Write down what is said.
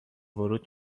ورود